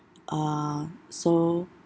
uh so